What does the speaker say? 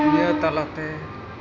ᱱᱤᱭᱟᱹ ᱛᱟᱞᱟᱛᱮ